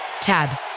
Tab